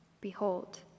Behold